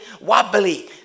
wobbly